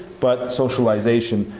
but socialization,